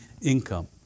income